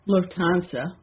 Lufthansa